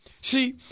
See